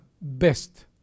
Best